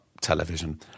television